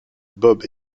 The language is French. bob